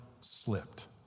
slipped